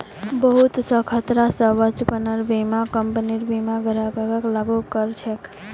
बहुत स खतरा स बचव्वार बीमा कम्पनी बीमा ग्राहकक लागू कर छेक